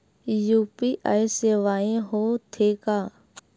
UPI सेवाएं हो थे का?